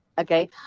Okay